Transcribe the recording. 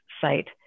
site